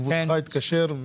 כבודו התקשר,